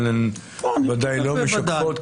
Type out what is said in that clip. אבל הן בוודאי לא משקפות,